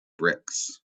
bricks